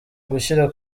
gushyira